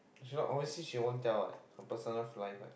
she not obviously she won't tell what her personal life what